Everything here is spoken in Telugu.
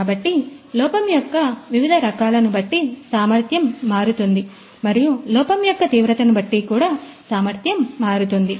కాబట్టి లోపం యొక్క వివిధ రకాలను బట్టి సామర్ధ్యం మారుతుంది మరియు లోపం యొక్క తీవ్రతను బట్టి కూడా సామర్థ్యం మారుతుంది